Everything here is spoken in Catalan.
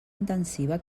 intensiva